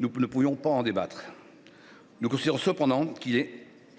nous ne pouvions en débattre. Nous considérons cependant qu’il est